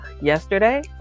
yesterday